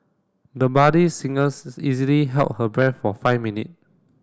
the buddy singers easily held her breath for five minute